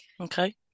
okay